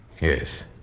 Yes